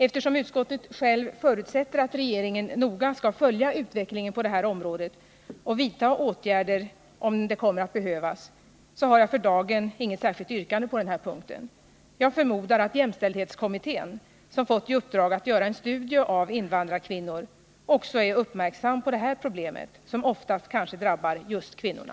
Eftersom utskottet självt förutsätter att regeringen noga skall följa utvecklingen på det här området och vidta åtgärder, om det kommer att behövas, har jag för dagen inget särskilt yrkande på den här punkten. Jag förmodar att jämställdhetskommittén, som fått i uppdrag att göra en studie av invandrarkvinnor, också är uppmärksam på det här problemet, som oftast kanske drabbar kvinnorna.